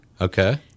Okay